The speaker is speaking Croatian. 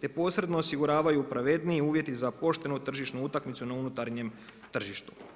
te posredno osiguravaju pravedniji uvjeti za pošteno tržišnu utakmicu na unutarnjem tržištu.